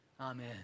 Amen